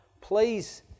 please